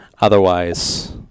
otherwise